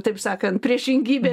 taip sakant priešingybė